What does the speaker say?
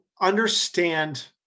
understand